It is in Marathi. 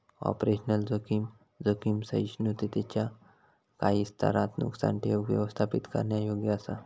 ऑपरेशनल जोखीम, जोखीम सहिष्णुतेच्यो काही स्तरांत नुकसान ठेऊक व्यवस्थापित करण्यायोग्य असा